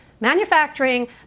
Manufacturing